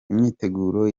imyiteguro